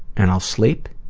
and i'll sleep,